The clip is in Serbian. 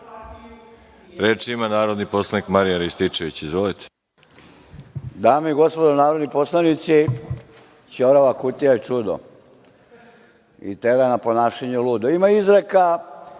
ima narodni poslanik Marijan Rističević. Izvolite.